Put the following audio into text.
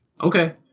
Okay